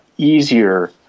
easier